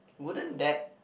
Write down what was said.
wouldn't that